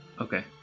Okay